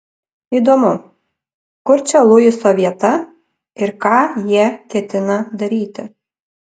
įdomu kur čia luiso vieta ir ką jie ketina daryti